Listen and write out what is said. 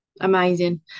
Amazing